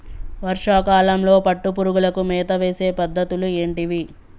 వర్షా కాలంలో పట్టు పురుగులకు మేత వేసే పద్ధతులు ఏంటివి?